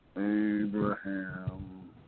Abraham